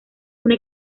una